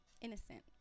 innocent